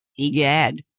i'gad,